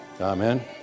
Amen